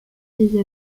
des